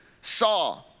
saw